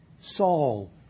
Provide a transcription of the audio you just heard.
Saul